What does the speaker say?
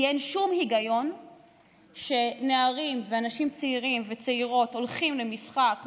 כי אין שום היגיון שנערים ואנשים צעירים וצעירות הולכים למשחק,